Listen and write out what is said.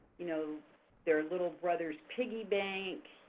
you know their little brother's piggy bank,